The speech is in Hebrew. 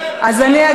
כן, את